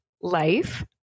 life